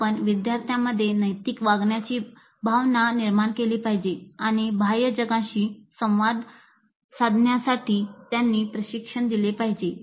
आपण विद्यार्थ्यांमध्ये नैतिक वागण्याची भावना निर्माण केली पाहिजे आणि बाह्य जगाशी योग्य संवाद साधण्यासाठी त्यांना प्रशिक्षण दिले पाहिजे